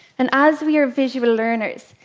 and as we are visual learners,